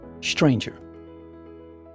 stranger